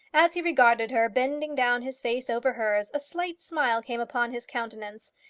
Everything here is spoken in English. as he regarded her, bending down his face over hers, a slight smile came upon his countenance.